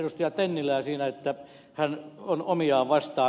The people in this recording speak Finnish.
tennilää siinä että hän on omiaan vastaan